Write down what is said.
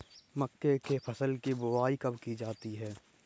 मक्के की फसल की बुआई कब की जाती है?